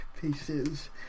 pieces